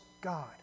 God